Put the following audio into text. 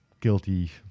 guilty